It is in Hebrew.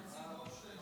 בנצי גופשטיין,